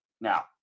Now